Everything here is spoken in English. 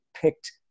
picked